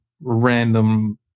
random